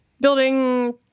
building